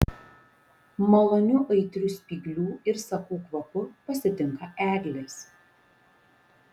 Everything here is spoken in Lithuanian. maloniu aitriu spyglių ir sakų kvapu pasitinka eglės